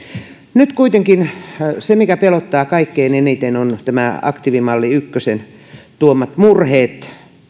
nyt kuitenkin se mikä pelottaa kaikkein eniten on tämän aktiivimalli ykkösen tuomat murheet